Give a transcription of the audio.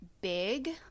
big